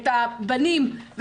הבנים,